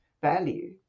value